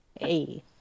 Hey